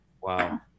Wow